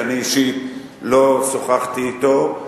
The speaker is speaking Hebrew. שאני אישית לא שוחחתי אתו,